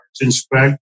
inspect